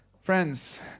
Friends